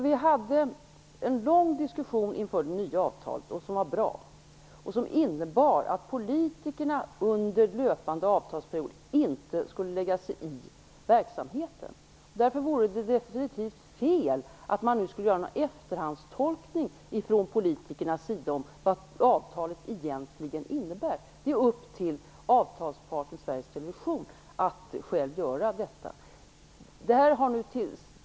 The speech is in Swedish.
Vi hade en lång och bra diskussion inför det nya avtalet, och den gick ut på att politikerna under löpande avtalsperiod inte skulle lägga sig i verksamheten. Det vore därför definitivt fel av oss politiker att lägga in en efterhandstolkning av vad avtalet egentligen innebär. Det är upp till avtalsparten Sveriges Television att själv göra detta.